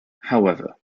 however